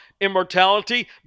immortality